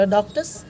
Doctors